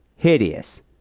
Hideous